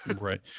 Right